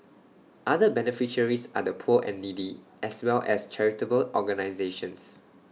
other beneficiaries are the poor and needy as well as charitable organisations